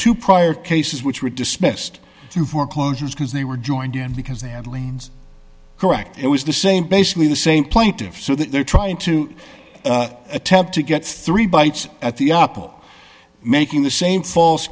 two prior cases which were dismissed through foreclosures because they were joined in because they had liens correct it was the same basically the same plaintiffs so that they're trying to attempt to get three bites at the up making the same false